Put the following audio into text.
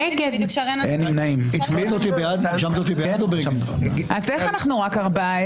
הצבעה לא אושרו.